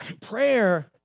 prayer